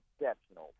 exceptional